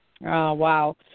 wow